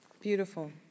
Beautiful